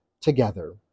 together